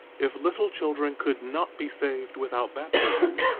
if little children could not be saved without baptism,